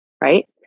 right